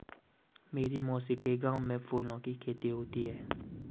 मेरी मौसी के गांव में फूलों की खेती होती है